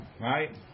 right